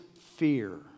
fear